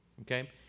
okay